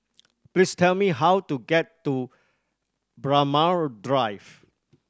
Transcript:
please tell me how to get to Braemar Drive